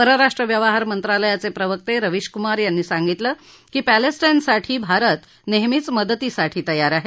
परराष्ट्र व्यवहार मंत्रालयाचे प्रवक्ते रवीशकुमार यांनी सांगितलं की पर्सिल्टीनसाठी भारत नेहमीच मदतीसाठी तयार आहे